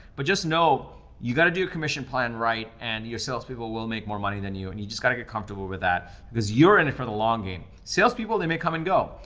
but just know you gotta do a commission plan right. and your salespeople will make more money than you. and you just gotta get comfortable with that because you're in it for the long game. salespeople they may come and go.